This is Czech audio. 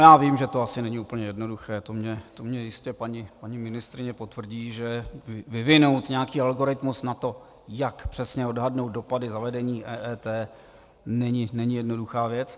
Já vím, že to asi není úplně jednoduché, to mi jistě paní ministryně potvrdí, že vyvinout nějaký algoritmus na to, jak přesně odhadnout dopady zavedení EET, není jednoduchá věc.